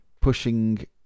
pushing